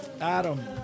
Adam